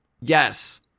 yes